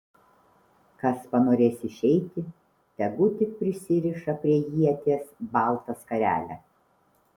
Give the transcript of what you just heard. kas panorės išeiti tegu tik prisiriša prie ieties baltą skarelę